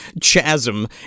chasm